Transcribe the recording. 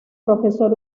profesor